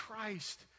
Christ